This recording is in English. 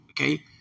Okay